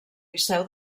liceu